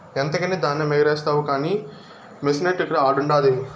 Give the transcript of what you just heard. ఎంతకని ధాన్యమెగారేస్తావు కానీ మెసినట్టుకురా ఆడుండాది